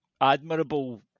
admirable